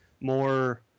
more